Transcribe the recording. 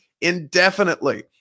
indefinitely